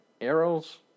Arrows